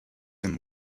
him